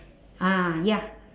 ah ya